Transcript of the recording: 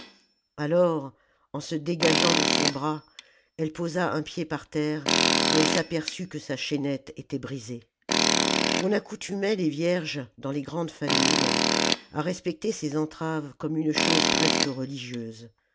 alors en se dégageant de son bras elle posa un pied par terre et elle s'aperçut que sa chaînette était brisée on accoutumait les vierges dans les grandes familles à respecter ces entraves comme une chose presque religieuse